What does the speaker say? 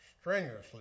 strenuously